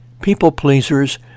People-pleasers